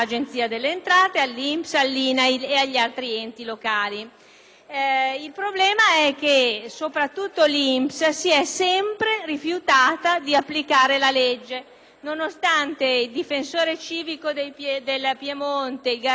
Il problema è che soprattutto l'INPS si è sempre rifiutato di applicare la legge. Nonostante il difensore civico del Piemonte e il garante del contribuente avessero dato un'interpretazione